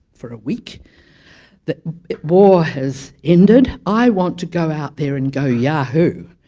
for a week the war has ended, i want to go out there and go yahoo!